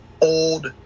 old